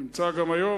נמצא גם היום,